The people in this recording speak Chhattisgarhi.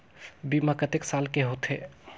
बीमा कतेक साल के होथे?